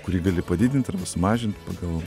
kurį gali padidint arba sumažint pagal